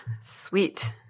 Sweet